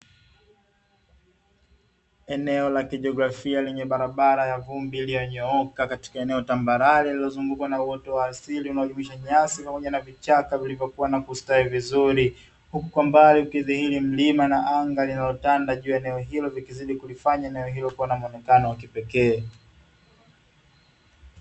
Eneo la kijiografia lenye barabara ya vumbi iliyonyooka katika eneo tambarale lililozungukwa na uoto wa asili unaojumlisha nyasi pamoja na vichaka vilivyokuwa na kustawi vizuri huku kwa mbali ikidhihiri milima na anga lililotanda juu ya eneo hilo likizidi kulifanya eneo hilo kuwa na muonekano wa kipekee.